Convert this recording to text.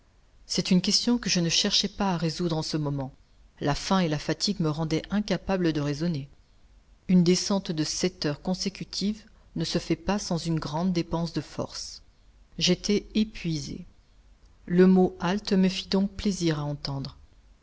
c'est une question que je ne cherchai pas à résoudre en ce moment la faim et la fatigue me rendaient incapable de raisonner une descente de sept heures consécutives ne se fait pas sans une grande dépense de forces j'étais épuisé le mot halte me fit donc plaisir à entendre